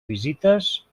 visites